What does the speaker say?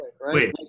Wait